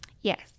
Yes